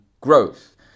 growth